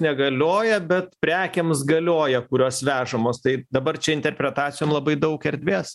negalioja bet prekėms galioja kurios vežamos tai dabar čia interpretacijom labai daug erdvės